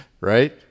right